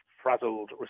frazzled